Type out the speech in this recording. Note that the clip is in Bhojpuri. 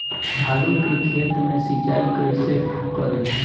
आलू के खेत मे सिचाई कइसे करीं?